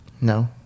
No